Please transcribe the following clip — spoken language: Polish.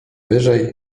wyżej